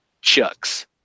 chucks